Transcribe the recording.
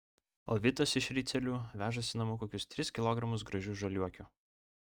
o vitas iš ricielių vežasi namo kokius tris kilogramus gražių žaliuokių